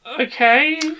Okay